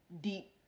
Deep